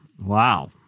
Wow